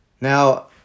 Now